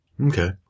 Okay